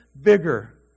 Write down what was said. bigger